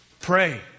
pray